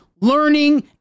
Learning